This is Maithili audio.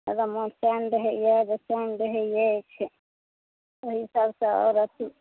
एकदम मोन चंग रहैया बेचैन रहै अछि एहि सब सॅं आओर अथी